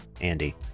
Andy